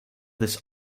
this